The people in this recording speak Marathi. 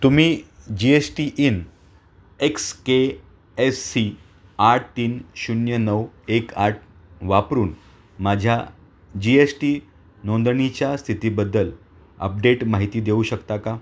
तुम्ही G S T IN X K S C आठ तीन शून्य नऊ एक आठ वापरून माझ्या जी एश टी नोंदणीच्या स्थितीबद्दल अपडेट माहिती देऊ शकता का